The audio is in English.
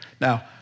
Now